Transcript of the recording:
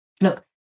look